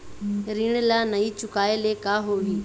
ऋण ला नई चुकाए ले का होही?